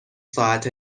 ساعت